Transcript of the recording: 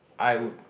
I would